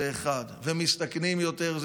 זה אחד ומסתכנים יותר,